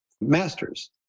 masters